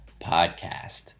podcast